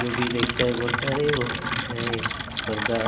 जो भी देखता है बोलता है अरे बहुत अच्छा है पर्दा